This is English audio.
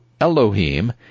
Elohim